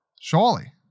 Surely